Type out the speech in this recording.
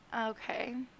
Okay